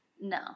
no